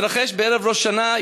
והוא מתרחש בערב ראש השנה,